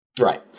Right